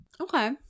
okay